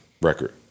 record